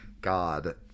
God